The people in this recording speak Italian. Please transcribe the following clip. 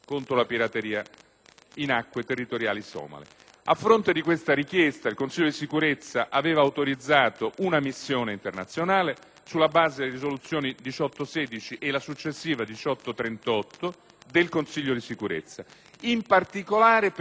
in particolare per garantire